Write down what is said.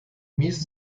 міст